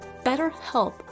BetterHelp